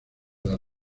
las